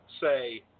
say